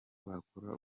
bakora